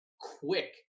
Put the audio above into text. quick